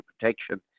Protection